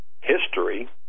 history